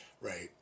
right